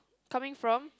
coming from